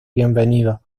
bienvenidos